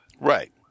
Right